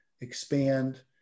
expand